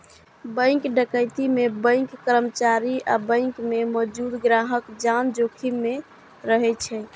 bank डकैती मे bank कर्मचारी आ बैंक मे मौजूद ग्राहकक जान जोखिम मे रहै छै